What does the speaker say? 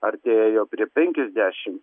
artėjo prie penkiasdešim